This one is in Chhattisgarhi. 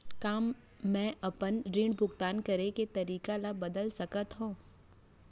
का मैं अपने ऋण भुगतान करे के तारीक ल बदल सकत हो?